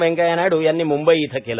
वेंकैया नायडू यांनी मुंबई इथ केले